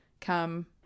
come